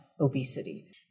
obesity